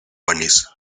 bunnies